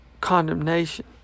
condemnation